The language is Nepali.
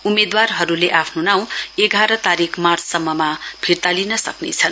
उम्मेदवारहरुले आफ्नो नाउँ एघार मार्च सम्ममा फिर्ता लिन सक्नेछन्